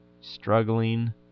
struggling